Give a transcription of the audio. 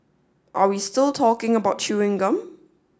are we still talking about chewing gum